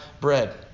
bread